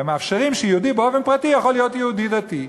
הם מאפשרים שיהודי באופן פרטי יכול להיות יהודי דתי,